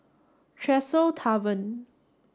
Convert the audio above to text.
Tresor Tavern